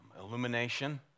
illumination